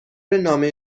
نامه